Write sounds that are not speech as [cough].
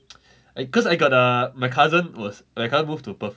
[noise] I cause I got err my cousin was my cousin move to perth